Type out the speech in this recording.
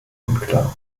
unklar